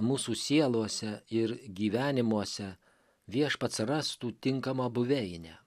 mūsų sielose ir gyvenimuose viešpats rastų tinkamą buveinę